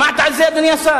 שמעת על זה, אדוני השר?